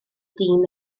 dîm